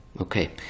okay